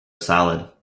salad